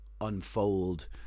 unfold